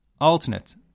alternate